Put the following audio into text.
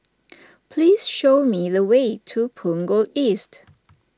please show me the way to Punggol East